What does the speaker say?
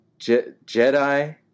Jedi